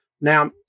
Now